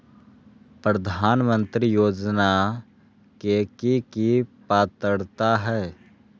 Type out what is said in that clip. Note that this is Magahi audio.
प्रधानमंत्री योजना के की की पात्रता है?